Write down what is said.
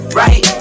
right